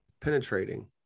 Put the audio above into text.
penetrating